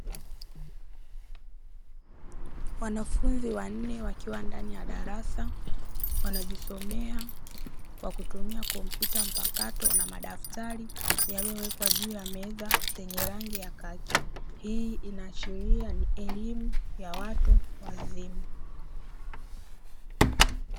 Wanafunzi wanne wakiwa ndani ya darasa wanajisomea kwa kutumia kompyuta mpakato na madaftari yaliyowekwa juu ya meza zenye rangi ya kaki hii inaashiria ni elimu ya watu wazima.